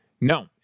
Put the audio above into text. No